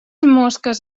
mosques